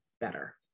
better